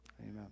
Amen